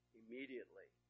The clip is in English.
immediately